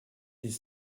des